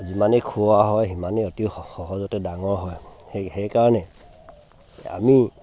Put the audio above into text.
যিমানেই খুওৱা হয় সিমানেই অতি সহজতে ডাঙৰ হয় সেই সেইকাৰণে আমি